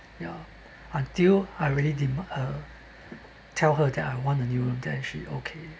ya until I really didn't uh tell her that I want a new room then she okay